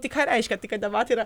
tai ką reiškia tai kad debatai yra